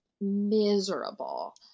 miserable